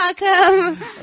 welcome